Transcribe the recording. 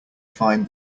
find